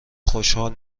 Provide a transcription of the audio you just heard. خوشحال